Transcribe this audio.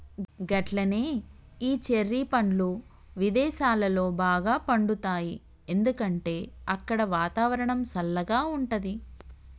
గట్లనే ఈ చెర్రి పండ్లు విదేసాలలో బాగా పండుతాయి ఎందుకంటే అక్కడ వాతావరణం సల్లగా ఉంటది